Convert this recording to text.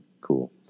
Cool